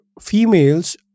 females